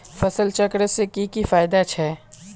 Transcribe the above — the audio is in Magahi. फसल चक्र से की की फायदा छे?